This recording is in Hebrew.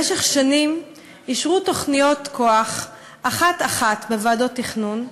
במשך שנים אישרו תחנות כוח אחת-אחת בוועדות תכנון,